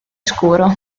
scuro